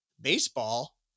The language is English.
Baseball